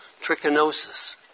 Trichinosis